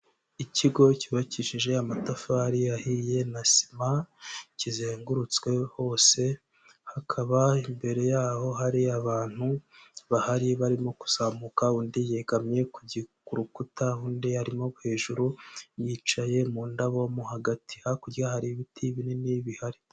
Ikigo cyubakishije amatafari ahiye na sima, kizengurutswe hose, hakaba imbere yaho hari abantu bahari barimo kuzamuka undi yegamye ku rukuta, undi arimo hejuru yicaye mu ndabo mo hagati, hakurya hari ibiti binini bihari.